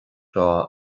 seo